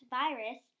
virus